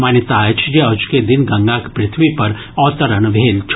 मान्यता अछि जे अजुके दिन गंगाक पृथ्वी पर अवतरण भेल छल